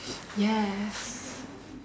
ya